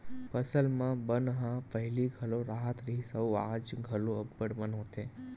फसल म बन ह पहिली घलो राहत रिहिस अउ आज घलो अब्बड़ बन होथे